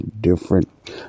different